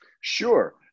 Sure